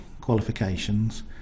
qualifications